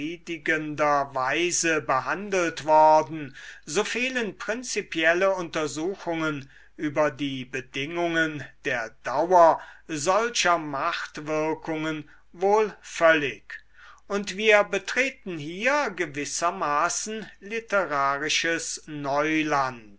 weise behandelt worden so fehlen prinzipielle untersuchungen über die bedingungen der dauer solcher machtwirkungen wohl völlig und wir betreten hier gewissermaßen literarisches neuland